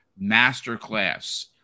masterclass